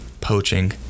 poaching